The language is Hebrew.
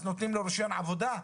אז נותנים לו רישיון עבודה?